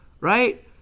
right